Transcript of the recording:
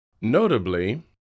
Notably